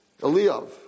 Eliyav